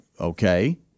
okay